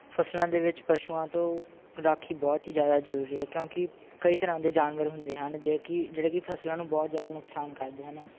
ਫਸਲਾਂ ਦੇ ਵਿੱਚ ਪਸ਼ੂਆਂ ਤੋਂ ਰਾਖੀ ਬਹੁਤ ਹੀ ਜ਼ਿਆਦਾ ਜ਼ਰੂਰੀ ਹੈ ਕਿਉਂਕਿ ਕਈ ਤਰ੍ਹਾਂ ਦੇ ਜਾਨਵਰ ਹੁੰਦੇ ਹਨ ਜੋ ਕਿ ਜਿਹੜੇ ਕਿ ਫਸਲਾਂ ਨੂੰ ਬਹੁਤ ਜ਼ਿਆਦਾ ਨੁਕਸਾਨ ਕਰਦੇ ਹਨ